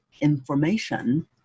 information